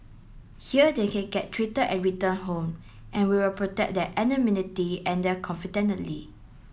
here they can get treated and return home and we will protect their anonymity and their